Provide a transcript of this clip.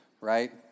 right